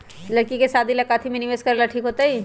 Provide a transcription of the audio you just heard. लड़की के शादी ला काथी में निवेस करेला ठीक होतई?